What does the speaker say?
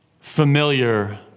familiar